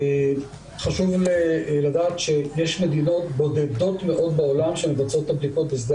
חשוב לדעת שיש מדינות בודדות מאוד בעולם שמבצעות את הבדיקות בשדה